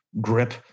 grip